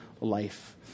life